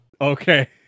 okay